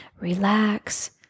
relax